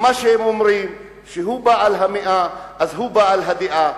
ומה שאומרים, שהוא בעל המאה אז הוא בעל הדעה.